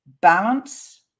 balance